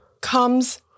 comes